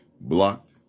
blocked